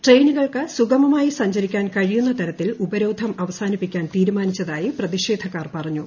ട്രെയിനുകൾക്ക് സുഗമമായി സഞ്ചരിക്കാൻ കഴിയുന്ന തരത്തിൽ ഉപരോധം അവസാനിപ്പിക്കാൻ തീരുമാനിച്ചതായി പ്രതിഷേധക്കാർ പറഞ്ഞു